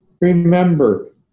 Remember